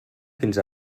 fins